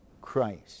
Christ